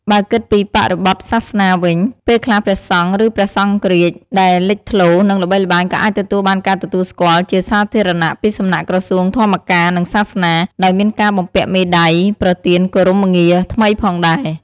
បើគិតពីបរិបទសាសនាវិញ ពេលខ្លះព្រះសង្ឃ ឬ ព្រះសង្ឃរាជដែលលេចធ្លោ និងល្បីល្បាញក៏អាចទទួលបានការទទួលស្គាល់ជាសាធារណៈពីសំណាក់ក្រសួងធម្មការនិងសាសនា ដោយមានការបំពាក់មេដាយ ប្រទានគោរពងារថ្មីផងដែរ។